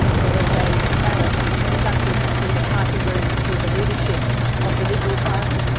there was a ballot conducted in the party room for the leadership of the liberal party.